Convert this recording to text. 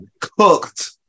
cooked